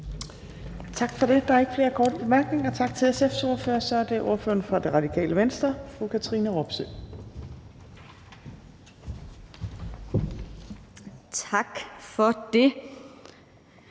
Tak for det. Der er ikke flere korte bemærkninger. Tak til SF's ordfører. Så er det ordføreren for Radikale Venstre, fru Katrine Robsøe.